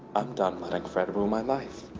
i'm done letting fred ruin my life.